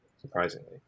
surprisingly